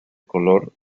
color